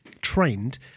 trained